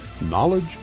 knowledge